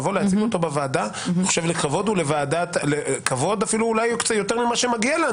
להציג בוועדה כבוד אולי אפילו יותר ממה שמגיע לנו.